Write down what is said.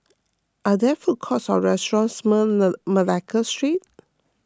are there food courts or restaurants Malacca Street